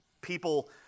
people